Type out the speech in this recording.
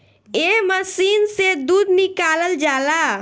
एह मशीन से दूध निकालल जाला